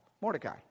mordecai